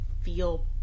feel